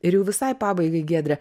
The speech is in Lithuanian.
ir jau visai pabaigai giedre